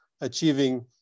achieving